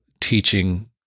teaching